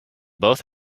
both